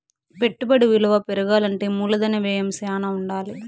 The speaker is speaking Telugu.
పెట్టుబడి విలువ పెరగాలంటే మూలధన వ్యయం శ్యానా ఉండాలి